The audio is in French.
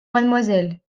mademoiselle